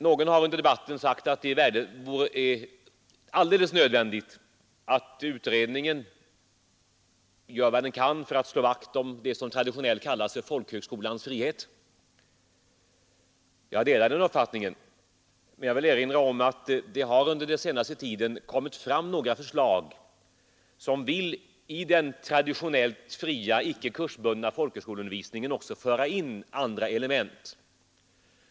Någon har sagt under debatten att det är nödvändigt att utredningen gör vad den kan för att slå vakt om det som traditionellt kallas folkhögskolans frihet. Jag delar den uppfattningen, men jag vill erinra om att det under den senaste tiden har lagts fram några förslag som i den traditionellt fria, icke kursbundna folkhögskoleundervisningen också vill föra in andra element.